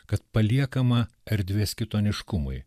kad paliekama erdvės kitoniškumui